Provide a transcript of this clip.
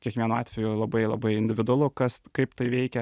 kiekvienu atveju labai labai individualu kas kaip tai veikia